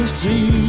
see